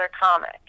comic